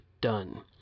done